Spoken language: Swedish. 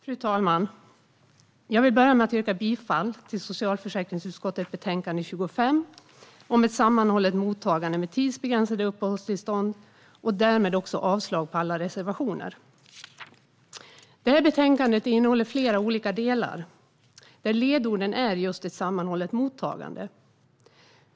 Fru talman! Jag vill börja med att yrka bifall till socialförsäkringsutskottets betänkande 25 Ett sammanhållet mottagande med tidsbegränsade uppehållstillstånd och därmed också avslag på alla reservationer. Det här betänkandet innehåller flera olika delar där ledorden är just ett sammanhållet mottagande.